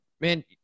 man